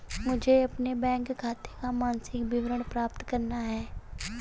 मुझे अपने बैंक खाते का मासिक विवरण प्राप्त करना है?